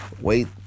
Wait